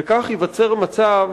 וכך ייווצר מצב